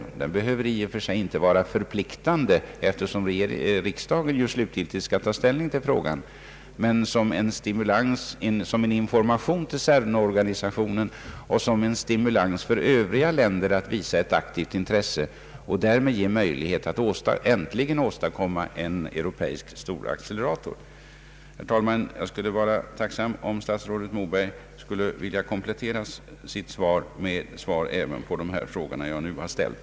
Detta besked behöver i och för sig inte vara förpliktande, eftersom riksdagen slutgiltigt skall ta ställning till frågan, men det skulle tjäna som information till CERN organisationen och som en stimulans för övriga länder att visa ett aktivt intresse och därmed ge möjlighet att äntligen åstadkomma en europeisk storaccelerator. Herr talman! Jag vore tacksam om statsrådet Moberg skulle vilja komplettera sitt svar med svar även på de frågor jag nu ställt.